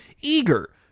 eager